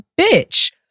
bitch